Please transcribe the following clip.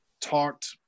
talked